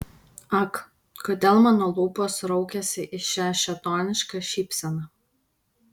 ak kodėl mano lūpos raukiasi į šią šėtonišką šypseną